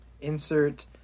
Insert